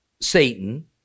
Satan